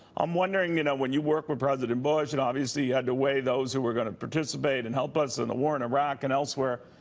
i'm wondering you know when you worked with president bush and obviously you had to weigh those who were going to participate and help us in the war in iraq and elsewhere,